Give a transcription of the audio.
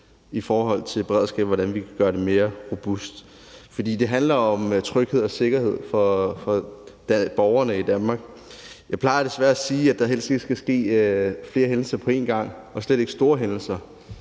i forhold til beredskabet får undersøgt, hvordan vi kan gøre det mere robust. For det handler om tryghed og sikkerhed for borgerne i Danmark. Jeg plejer desværre at sige det sådan, at der helst ikke skal ske flere hændelser på én gang, og slet ikke store hændelser,